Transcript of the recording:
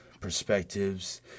perspectives